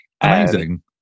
Amazing